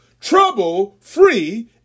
trouble-free